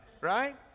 right